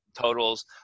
totals